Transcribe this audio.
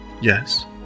Yes